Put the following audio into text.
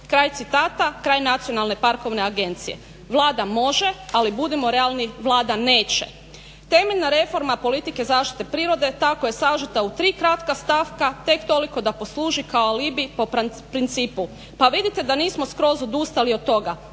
Kraj citata, kraj nacionalne parkovne agencije. Vlada može, ali budimo realni Vlada neće. Temeljna reforma politike zaštite prirode tako je sažeta u tri kratka stavka tek toliko da posluži kao alibi po principu pa vidite da nismo skroz odustali od toga.